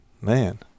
man